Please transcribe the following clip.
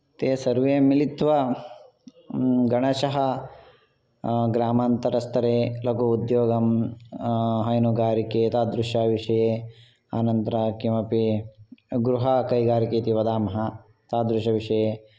ते सर्वे मिलित्वा गणशः ग्रामान्तरस्तरे लघु उद्योगं हैनुगारिके एतादृशविषये अनन्तर किमपि गृहाकैगारिके इति वदामः तादृशविषये